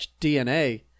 DNA